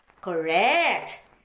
Correct